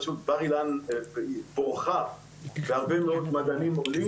פשוט בר אילן בורכה בהרבה מאוד מדענים עולים.